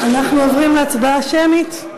אנחנו עוברים להצבעה שמית.